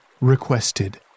requested